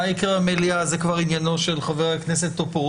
חשוב לי לומר שככל שיש מקום לעבודת מטה,